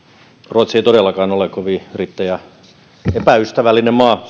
ruotsi ei todellakaan ole kovin yrittäjäepäystävällinen maa